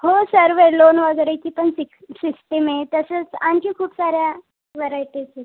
हो सर्व आहे लोन वगैरेची पण सिस सिस्टीम आहे तसंच आणखी खूप साऱ्या व्हरायटी आहेत